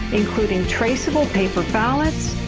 including traceable paper ballots,